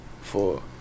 four